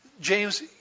James